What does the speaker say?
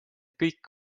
kõik